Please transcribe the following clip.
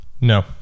No